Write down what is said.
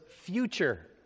future